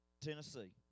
Tennessee